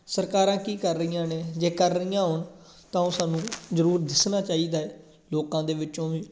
ਸਰਕਾਰਾਂ ਕੀ ਕਰ ਰਹੀਆਂ ਨੇ ਜੇ ਕਰ ਰਹੀਆਂ ਹੋਣ ਤਾਂ ਉਹ ਸਾਨੂੰ ਜ਼ਰੂਰ ਦੱਸਣਾ ਚਾਹੀਦਾ ਲੋਕਾਂ ਦੇ ਵਿੱਚੋਂ ਵੀ